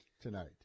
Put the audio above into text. tonight